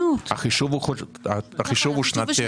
החישוב הוא שנתי.